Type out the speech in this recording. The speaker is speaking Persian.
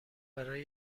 برای